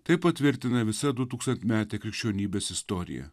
tai patvirtina visa dutūkstantmetė krikščionybės istorija